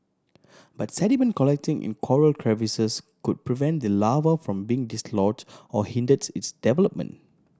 but sediment collecting in coral crevices could prevent the larva from being dislodged or hinders its development